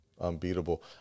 unbeatable